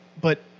but-